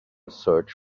search